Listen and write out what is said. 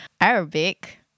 Arabic